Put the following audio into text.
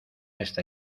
esta